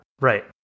Right